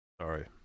Sorry